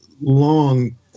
long